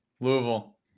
Louisville